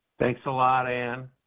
thanks a lot ann.